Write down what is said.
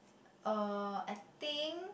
uh I think